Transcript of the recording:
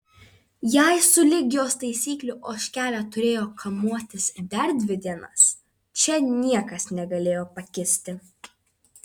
jei sulig jos taisyklių ožkelė turėjo kamuotis dar dvi dienas čia niekas negalėjo pakisti